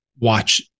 watch